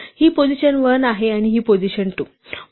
ही position 1 आहे आणि ही पोझिशन 2